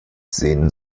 sehen